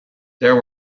there